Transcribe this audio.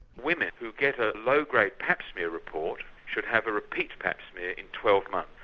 women who get a low grade pap smear report should have a repeat pap smear in twelve months.